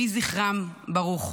יהי זכרם ברוך.